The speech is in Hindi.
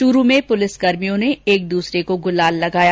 चूरू में पुलिस कर्मियों ने एक दूसरे को गुलाल लगाया